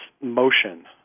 motion